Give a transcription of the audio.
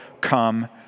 come